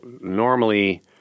Normally